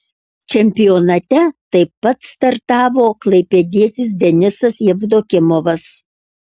čempionate taip pat startavo klaipėdietis denisas jevdokimovas